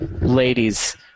ladies